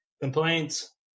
complaints